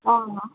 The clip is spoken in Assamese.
অঁ